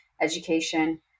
Education